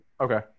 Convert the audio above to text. Okay